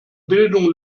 bildung